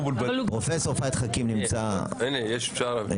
פרופ' פהד חכים נמצא בזום.